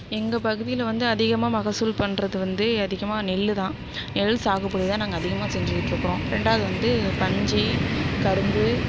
எங்கள் பகுதியில் வந்து அதிகமாக மகசூல் பண்ணுறது வந்து அதிகமாக நெல் தான் நெல் சாகுபடிதான் நாங்கள் அதிகமாக செஞ்சிகிட்டிருக்கோம் ரெண்டாவது வந்து பஞ்சு கரும்பு